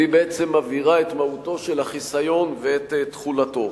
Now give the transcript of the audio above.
והיא בעצם מבהירה את מהותו של החיסיון ואת תחולתו.